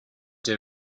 they